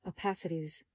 opacities